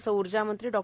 असं ऊर्जामंत्री डॉ